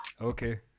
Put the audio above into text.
Okay